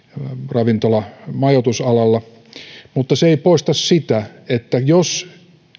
ravintola majoitusalalla mutta se ei poista sitä että jos